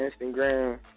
Instagram